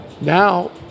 Now